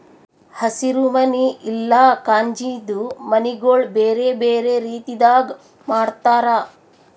ಹಸಿರು ಮನಿ ಇಲ್ಲಾ ಕಾಜಿಂದು ಮನಿಗೊಳ್ ಬೇರೆ ಬೇರೆ ರೀತಿದಾಗ್ ಮಾಡ್ತಾರ